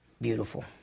Beautiful